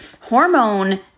hormone